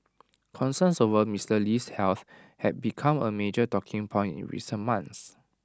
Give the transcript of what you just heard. concerns over Mister Lee's health had become A major talking point in recent months